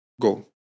go